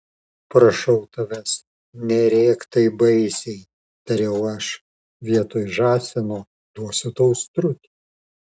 prašau tavęs nerėk taip baisiai tariau aš vietoj žąsino duosiu tau strutį